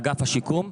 אגף השיקום,